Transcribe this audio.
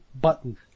button